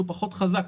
הוא פחות חזק.